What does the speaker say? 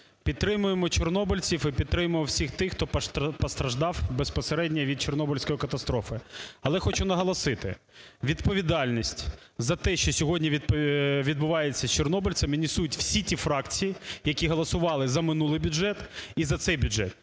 підтримуємо чорнобильців і підтримуємо всіх тих, хто постраждав безпосередньо від Чорнобильської катастрофи. Але хочу наголосити, відповідальність за те, що сьогодні відбувається з чорнобильцями, несуть всі ті фракції, які голосували за минулий бюджет і за цей бюджет,